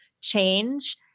Change